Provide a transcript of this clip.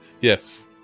Yes